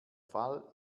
fall